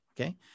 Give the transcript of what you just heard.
okay